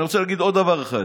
אני רוצה להגיד עוד דבר אחד.